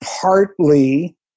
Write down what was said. partly